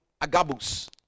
agabus